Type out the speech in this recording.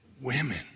women